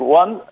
one